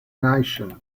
nation